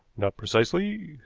not precisely,